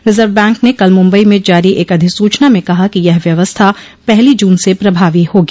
reserve bank ने कल मुम्बई में जारी एक अधिसूचना में कहा कि यह व्यवस्था पहली जून से प्रभावी होगी